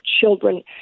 children